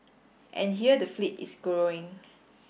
and here the fleet is growing